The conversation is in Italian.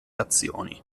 azioni